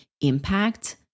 impact